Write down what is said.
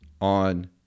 on